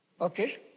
okay